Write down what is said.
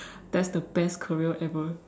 that's the best career ever